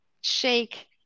shake